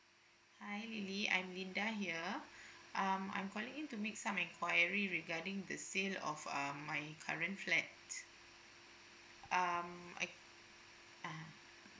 hi Lily I'm Linda here um I'm calling in to make some enquiry regarding the sale of um my current flat um (uh huh)